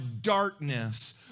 darkness